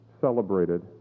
celebrated